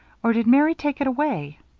or did mary take it away?